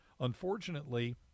Unfortunately